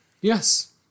Yes